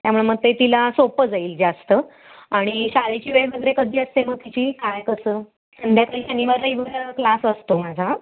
त्यामुळं मग ते तिला सोपं जाईल जास्त आणि शाळेची वेळ वगैरे कधी असते मग तिची काय कसं संध्याकाळी शनिवार रविवार क्लास असतो माझा